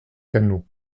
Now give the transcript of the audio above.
canot